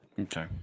Okay